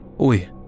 Oi